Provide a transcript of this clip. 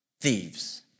thieves